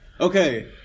Okay